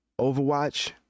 overwatch